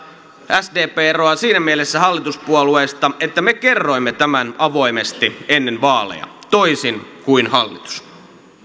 sdp eroaa siinä mielessä hallituspuolueista että me kerroimme tämän avoimesti ennen vaaleja toisin kuin hallitus